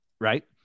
Right